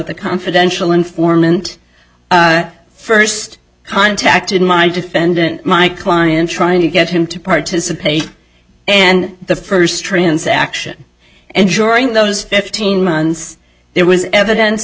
the confidential informant first contacted my defendant my client trying to get him to participate and the first transaction and during those fifteen months there was evidence